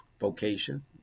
vocation